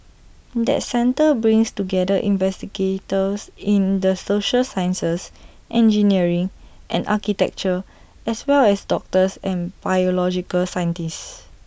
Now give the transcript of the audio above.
that centre brings together investigators in the social sciences engineering and architecture as well as doctors and biological scientists